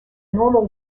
normal